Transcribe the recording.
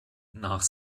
nach